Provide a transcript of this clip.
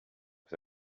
que